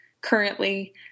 currently